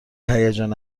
هیجان